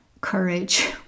courage